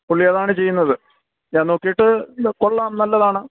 പുള്ളി അതാണ് ചെയ്യുന്നത് ഞാൻ നോക്കിയിട്ട് അത് കൊള്ളാം നല്ലതാണ്